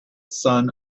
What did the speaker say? sun